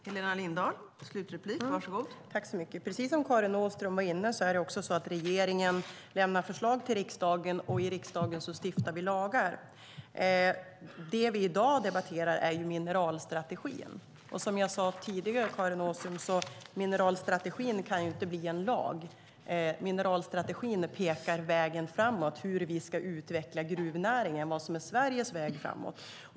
Fru talman! Precis som Karin Åström var inne på är det så att regeringen lämnar förslag till riksdagen, och i riksdagen stiftar vi lagar. Det vi i dag debatterar är ju mineralstrategin. Som jag sade tidigare, Karin Åström, kan inte mineralstrategin bli en lag. Mineralstrategin pekar vägen framåt, hur vi ska utveckla gruvnäringen, vad som är Sveriges väg framåt.